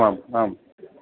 आमाम् आम्